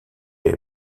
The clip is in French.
est